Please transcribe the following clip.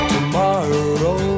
Tomorrow